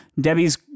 Debbie's